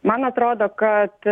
man atrodo kad